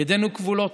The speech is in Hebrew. ידינו כבולות.